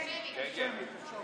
אפשר שמית.